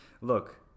look